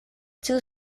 two